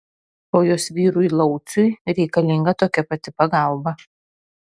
o jos vyrui lauciui reikalinga tokia pati pagalba